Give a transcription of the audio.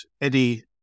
Eddie